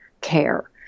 care